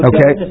Okay